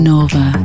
Nova